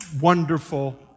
wonderful